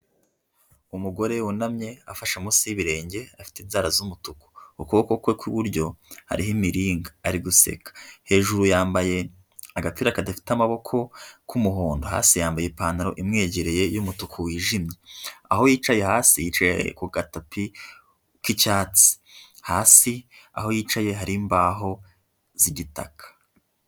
umugore wunamye afashe munsi y'ibirenge, afite inzara z'umutuku, ukuboko kwe kw'iburyo hariho imiringa, ari guseka, hejuru yambaye agapira kadafite amaboko k'umuhondo, hasi yambaye ipantaro imwegereye y'umutuku wijimye, aho yicaye hasi yicaye ku gatapi k'icyatsi, hasi aho yicaye hari imbaho z'igitaka.